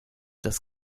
das